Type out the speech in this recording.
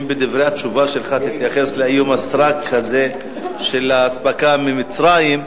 אם בדברי התשובה שלך תתייחס לאיום הסרק הזה של האספקה ממצרים,